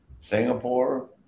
Singapore